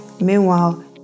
meanwhile